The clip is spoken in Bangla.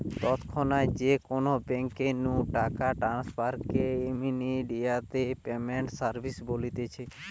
তৎক্ষণাৎ যে কোনো বেঙ্ক নু টাকা ট্রান্সফার কে ইমেডিয়াতে পেমেন্ট সার্ভিস বলতিছে